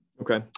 Okay